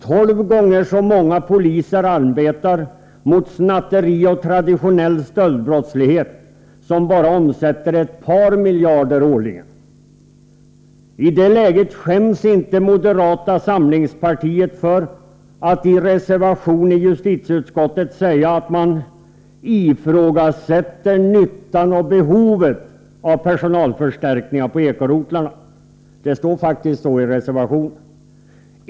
Tolv gånger så många poliser arbetar mot snatteri och traditionell stöldbrottslighet, som omsätter bara ett par miljarder kronor årligen. I det läget skäms inte moderata samlingspartiet för att i en reservation i justitieutskottet säga att man kan ”ifrågasätta nyttan och behovet” av personalförstärkningar på Eko-rotlarna. Det står faktiskt så i reservationen.